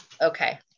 okay